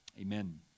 amen